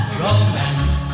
romance